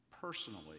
personally